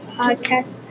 podcast